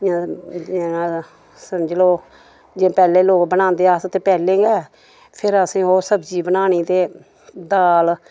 समझी लैओ जि'यां पैह्ले लोग बनांदे अस ते पैह्ले गै फिर असें ओह् सब्जी बनानी ते दाल